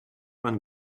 man